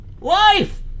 life